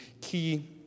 key